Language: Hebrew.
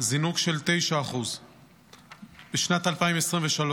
זינוק של 9%. בשנת 2023,